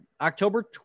october